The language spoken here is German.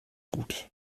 gut